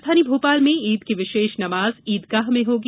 राजधानी भोपाल में ईद की विशेष नमाज ईदगाह में होगी